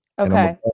Okay